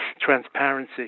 transparency